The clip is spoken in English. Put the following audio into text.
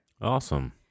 Awesome